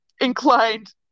inclined